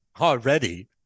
already